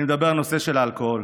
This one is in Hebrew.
אני מדבר על הנושא של האלכוהול,